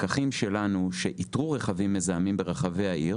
הפקחים שלנו שאיתרו רכבים מזהמים ברחבי העיר